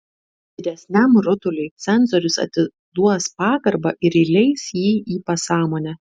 didesniam rutuliui cenzorius atiduos pagarbą ir įleis jį į pasąmonę